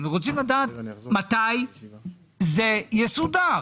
אנחנו רוצים לדעת מתי זה יסודר.